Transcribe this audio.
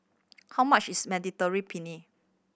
how much is Mediterranean Penne